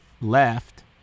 left